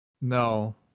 No